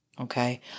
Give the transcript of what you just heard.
okay